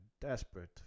desperate